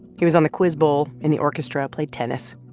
he was on the quiz bowl and the orchestra, played tennis.